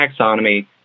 taxonomy